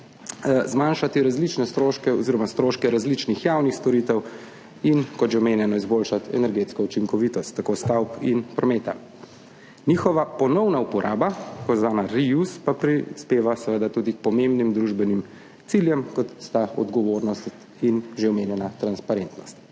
zmanjšati stroške različnih javnih storitev, in kot že omenjeno, izboljšati energetsko učinkovitost tako stavb kot prometa. Njihova ponovna uporaba, tako imenovana reuse, pa prispeva tudi k pomembnim družbenim ciljem, kot sta odgovornost in že omenjena transparentnost.